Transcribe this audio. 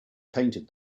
painted